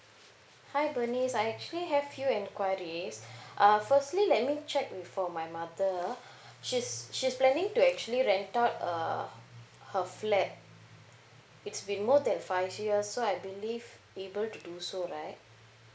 hi bernice I actually have few enquiries uh firstly let me check with you for my mother ah she's she's planning to actually rented err her flat it's been more than five year so I believe able to do so right